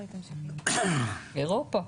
אירופה.